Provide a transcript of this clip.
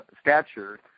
stature